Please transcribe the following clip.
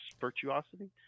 virtuosity